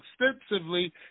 extensively